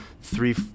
three